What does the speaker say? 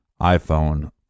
iPhone